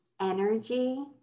energy